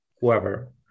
whoever